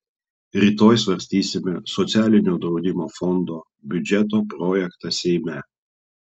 rytoj svarstysime socialinio draudimo fondo biudžeto projektą seime